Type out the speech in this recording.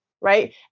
right